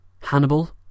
Hannibal